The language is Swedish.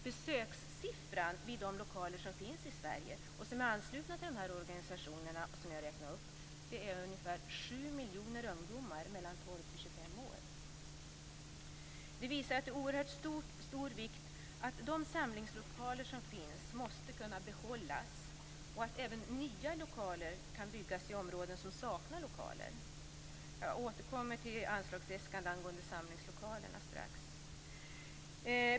Besökssiffran vid de lokaler som finns i Sverige, som är anslutna till de organisationer jag räknade upp, är ca 7 miljoner ungdomar mellan 12 och 25 år. Detta visar att det är av oerhört stor vikt att de samlingslokaler som finns måste kunna behållas och att även nya lokler kan byggas i områden som saknar lokaler. Jag återkommer till anslagsäskande angående samlingslokaler.